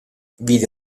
vide